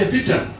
Peter